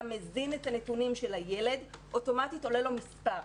מזין את הנתונים של הילד אוטומטית עולה לו מספר.